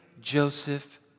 Joseph